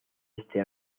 este